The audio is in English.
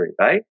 right